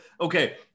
Okay